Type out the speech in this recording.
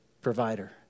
provider